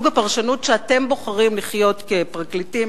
ולפיה אתם בוחרים לחיות את חייכם